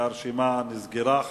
והרשימה נסגרה.